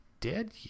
dead